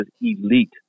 elite